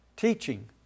Teaching